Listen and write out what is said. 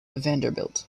vanderbilt